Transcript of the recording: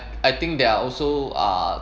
I think there are also uh